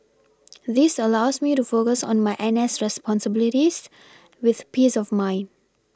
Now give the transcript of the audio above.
this allows me to focus on my N S responsibilities with peace of mind